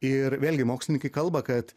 ir vėlgi mokslininkai kalba kad